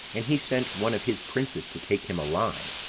and he sent one of his princes to take him alive,